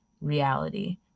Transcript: reality